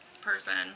person